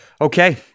okay